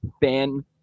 fan